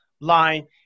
line